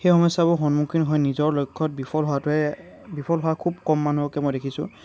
সেই সমস্যাবোৰৰ সন্মুখীন হৈ নিজৰ লক্ষ্যত বিফল হোৱাটোৱে বিফল হোৱা খুব কম মানুহকে মই দেখিছোঁ